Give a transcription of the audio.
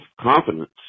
confidence